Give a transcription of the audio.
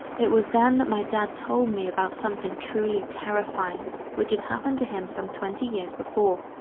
it was then that my dad told me about something truly terrifying which had happened to him some twenty years before,